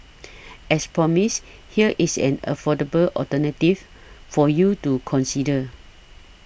as promised here is an affordable alternative for you to consider